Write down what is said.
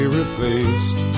replaced